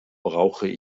brauche